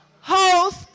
host